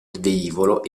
velivolo